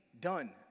done